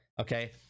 okay